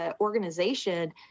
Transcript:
organization